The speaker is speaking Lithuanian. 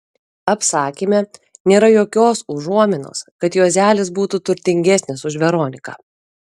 apsakyme nėra jokios užuominos kad juozelis būtų turtingesnis už veroniką